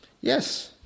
Yes